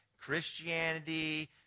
Christianity